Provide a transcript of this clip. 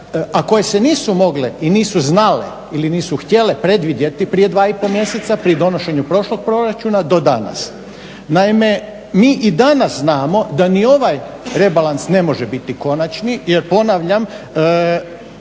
koje se nisu mogle i nisu znale ili nisu htjele predvidjeti prije 2,5 mjeseca pri donošenju prošlog proračuna do danas? Naime, mi i danas znamo da ni ovaj rebalans ne može biti konačni jer ponavljam